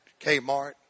Kmart